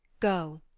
go,